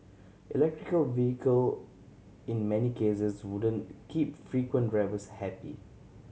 electric vehicle in many cases wouldn't keep frequent drivers happy